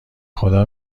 خدا